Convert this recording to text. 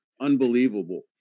unbelievable